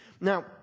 Now